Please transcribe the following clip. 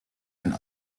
and